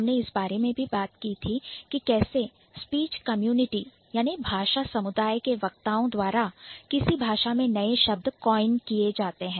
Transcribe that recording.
हमने इस बारे में भी बात की थी कि कैसे Speech Community स्पीच कम्युनिटी भाषा समुदाय के वक्ताओं द्वारा किसी भाषा में नए शब्द Coin कॉइन गढ़ना किए जाते हैं